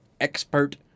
expert